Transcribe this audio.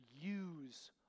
use